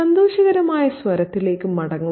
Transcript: സന്തോഷകരമായ സ്വരത്തിലേക്ക് മടങ്ങുക